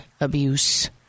abuse